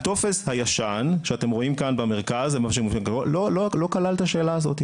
הטופס הישן שאתם רואים כאן במרכז לא כלל את השאלה הזאת,